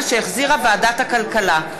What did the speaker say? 2017, שהחזירה ועדת הכלכלה.